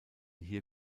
hier